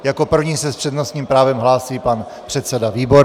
Jako první se s přednostním právem hlásí pan předseda Výborný.